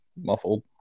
muffled